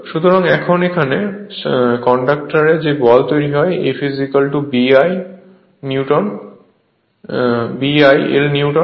সুতরাং এখন সাধারণত কন্ডাকটরে যে বল তৈরি হয় F BI l নিউটন